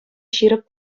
ҫирӗп